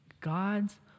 God's